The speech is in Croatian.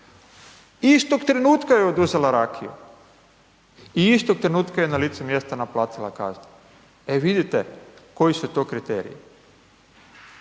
Istog trenutka joj je oduzela rakiju i istog trenutka je na licu mjesta naplatila kaznu. E vidite koji us to kriteriji.